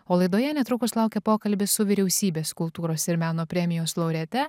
o laidoje netrukus laukia pokalbis su vyriausybės kultūros ir meno premijos laureate